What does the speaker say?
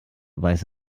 weiß